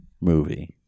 movie